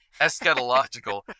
eschatological